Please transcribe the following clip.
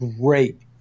great